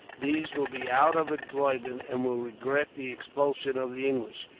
these will be out of employment, and will regret the expulsion of the english.